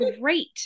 great